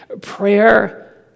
Prayer